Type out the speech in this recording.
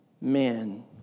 men